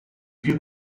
più